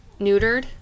neutered